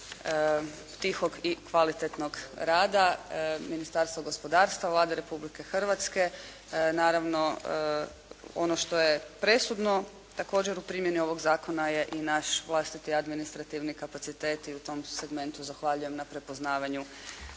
tihog i kvalitetnog rada, Ministarstvo gospodarstva, Vlada Republike Hrvatske, naravno ono što je presudno također u primjeni ovoga zakona je i naš vlastiti administrativni kapacitet i u tom segmentu zahvaljujem na prepoznavanju